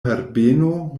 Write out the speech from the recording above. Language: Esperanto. herbeno